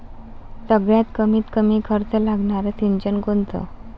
सगळ्यात कमीत कमी खर्च लागनारं सिंचन कोनचं?